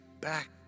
back